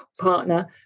partner